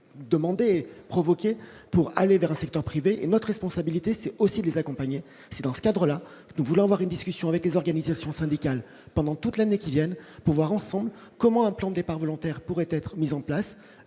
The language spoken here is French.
demander provoquer pour aller vers le secteur privé et notre responsabilité c'est aussi les accompagner : c'est dans ce cadre-là, nous voulons avoir une discussion avec les organisations syndicales pendant toute l'année, qui viennent vous voir ensemble comment appelant départs volontaires pourraient être mises en place